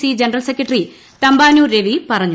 C general secretary Thampanoor Ravi പറഞ്ഞു